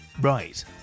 Right